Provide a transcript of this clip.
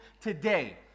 today